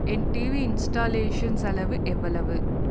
என் TV installation செலவு எவ்வளவு